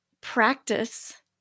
practice